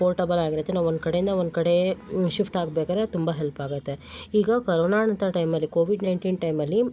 portable ಆಗಿರುತ್ತೆ ನಾವು ಒಂದು ಕಡೆಯಿಂದ ಒಂದು ಕಡೆ ಶಿಫ್ಟ್ ಆಗ್ಬೇಕಾದ್ರೆ ತುಂಬ ಹೆಲ್ಪಾಗುತ್ತೆ ಈಗ ಕರೋನಾ ಅಂತ ಟೈಮಲ್ಲಿ ಕೋವಿಡ್ ನೈನ್ಟೀನ್ ಟೈಮಲ್ಲಿ